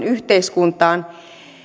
yhteiskuntaan